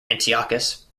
antiochus